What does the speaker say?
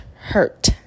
hurt